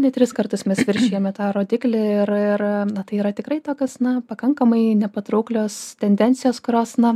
nei tris kartus mes viršijame tą rodiklį ir ir tai yra tikrai tokios na pakankamai nepatrauklios tendencijos kurios na